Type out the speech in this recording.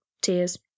tears